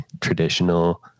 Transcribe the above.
traditional